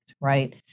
right